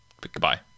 goodbye